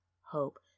hope